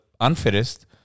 unfittest